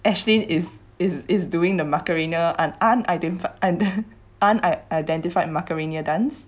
ashlyn is is is doing the macarena an unindentified an unidentified macarena dance